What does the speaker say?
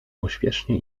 pośpiesznie